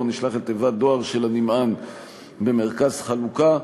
נשלח אל תיבת דואר של הנמען במרכז חלוקה,